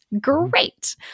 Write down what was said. Great